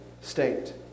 state